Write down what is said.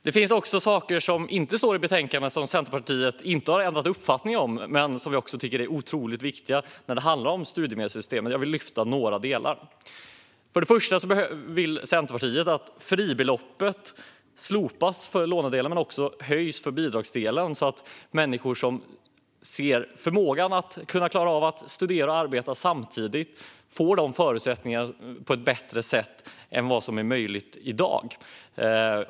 Det finns också saker som inte står i betänkandet och som Centerpartiet inte har ändrat uppfattning om men som vi tycker är otroligt viktiga när det gäller studiemedelssystemet. Jag vill lyfta fram några. Först och främst vill Centerpartiet att fribeloppet slopas för lånedelen men också höjs för bidragsdelen så att människor som känner att de har förmågan att studera och arbeta samtidigt får förutsättningar för det på ett bättre sätt än vad som är möjligt i dag.